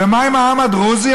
ומה עם העם הדרוזי?